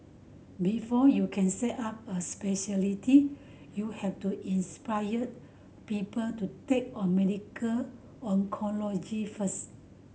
before you can set up a speciality you have to inspire people to take on medical oncology first